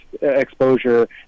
exposure